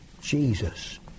Jesus